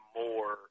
more